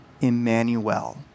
Emmanuel